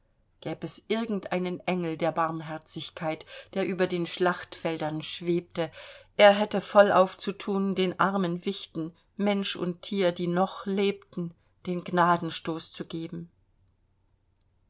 gäb es irgend einen engel der barmherzigkeit der über den schlachtfeldern schwebte er hätte vollauf zu thun den armen wichten mensch und tier die noch lebten den gnadenstoß zu geben